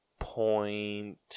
Point